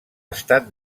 estat